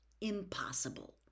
Impossible